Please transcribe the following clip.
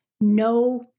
No